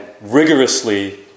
rigorously